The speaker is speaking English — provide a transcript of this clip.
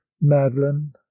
madeline